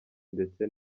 ndetse